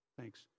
Thanks